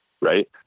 Right